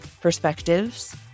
perspectives